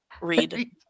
read